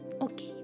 Okay